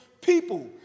people